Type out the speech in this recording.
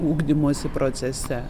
ugdymosi procese